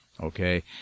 okay